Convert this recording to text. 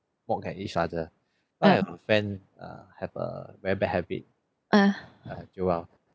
walk at each other and friend uh have a very bad habit uh joel